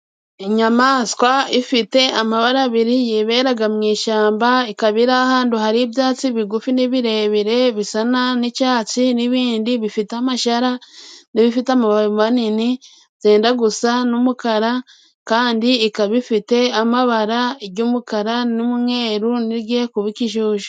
Inyamaswa ifite amabara abiri yiberaga mu ishyamba, ikaba iri ahantu hari ibyatsi bigufi n'ibirebire bisa n'icyatsi n'ibindi bifite amashara nibifite amababi manini byenda gusa n'umukara kandi ikaba ifite amabara ijy'umukara n'umweru nirye kuba ikijuju.